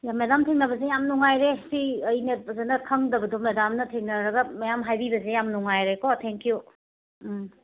madam ꯊꯦꯡꯅꯕꯁꯦ ꯌꯥꯝ ꯅꯨꯡꯉꯥꯏꯔꯦ ꯁꯤ ꯑꯩꯅ ꯐꯖꯅ ꯈꯪꯗꯕꯗꯣ ꯃꯦꯗꯥꯝꯅ ꯊꯦꯡꯅꯔꯒ ꯃꯌꯥꯝ ꯍꯥꯏꯕꯤꯕꯁꯦ ꯌꯥꯝ ꯅꯨꯡꯉꯥꯏꯔꯦꯀꯣ ꯊꯦꯡꯀ꯭ꯌꯨ ꯎꯝ